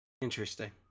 Interesting